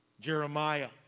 Jeremiah